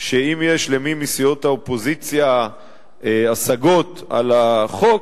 שאם יש למי מסיעות האופוזיציה השגות על החוק,